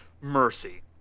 Mercy